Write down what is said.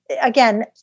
again